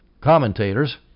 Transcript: commentators